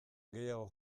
gehiago